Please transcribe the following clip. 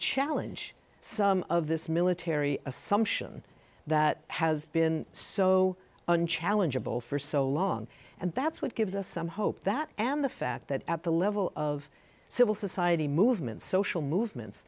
challenge some of this military assumption that has been so unchallengable for so long and that's what gives us some hope that and the fact that at the level of civil society movements social movements